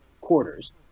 quarters